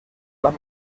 las